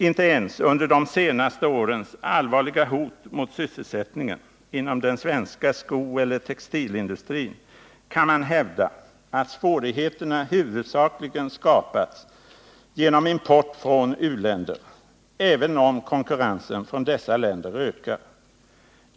Inte ens under de senaste årens allvarliga hot mot sysselsättningen inom den svenska skooch textilindustrin kan man hävda att svårigheterna huvudsakligen skapats genom import från u-länder, även om konkurrensen från dessa länder ökar.